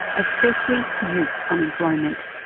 especially youth unemployment.